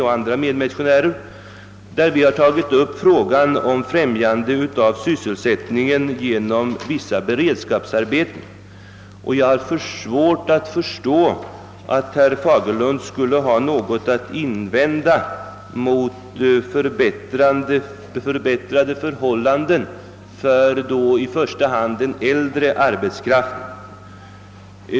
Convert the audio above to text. I detta motionspar har vi tagit upp frågan om främjande av sysselsättningen genom vissa beredskapsarbeten. Jag har svårt att förstå att herr Fagerlund skulle ha något att invända mot förbättrade förhållanden för i första hand den äldre arbetskraften.